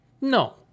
no